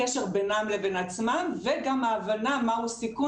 הקשר בינם לבין עצמם וגם ההבנה מהו סיכון